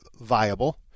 viable